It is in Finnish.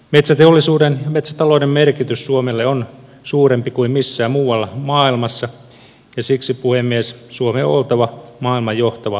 metsäteollisuuden metsätalouden merkitys suomelle on suurempi kuin missään muualla maailmassa ja siksi puhemies suomen on oltava maailman johtava metsätalousmaa